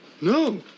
No